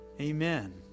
Amen